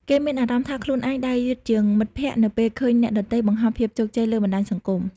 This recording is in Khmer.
គេមានអារម្មណ៍ថាខ្លួនឯងដើរយឺតជាងមិត្តភក្តិ នៅពេលឃើញអ្នកដទៃបង្ហោះភាពជោគជ័យលើបណ្តាញសង្គម។